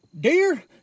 Dear